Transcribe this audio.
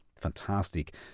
fantastic